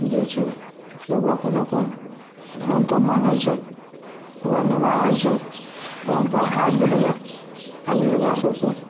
जे छै ने सब अपन अपन धरमके मानै छै ओकरा निमाहै छै परम्परा आबि गेलैए आबि गेलै ओकरा सभ कोइ